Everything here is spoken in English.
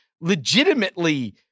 legitimately